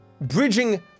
Bridging